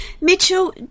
Mitchell